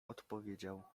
odpowiedział